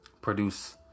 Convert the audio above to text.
produce